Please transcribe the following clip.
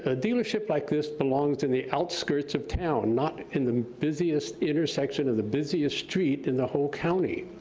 ah dealership like this belongs in the outskirts of town, not in the busiest intersection of the busiest street in the whole county.